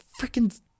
freaking